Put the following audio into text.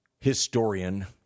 historian